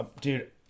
Dude